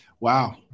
Wow